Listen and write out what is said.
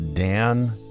dan